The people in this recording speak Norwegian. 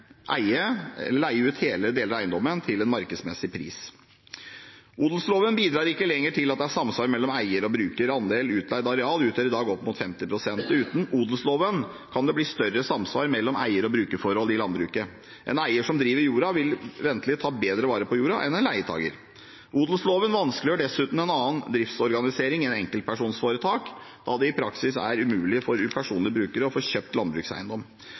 leie ut hele eller deler av eiendommen til en markedsmessig pris. Odelsloven bidrar ikke lenger til at det er et samsvar mellom eier og bruker. Andel utleid areal utgjør i dag opp mot 50 pst. Uten odelsloven kan det bli større samsvar mellom eier- og brukerforhold i landbruket. En eier som driver jorda, vil ventelig ta bedre vare på jorda enn en leietaker. Odelsloven vanskeliggjør dessuten en annen driftsorganisering enn enkeltpersonforetak, da det i praksis er umulig for upersonlige brukere å få kjøpt landbrukseiendom.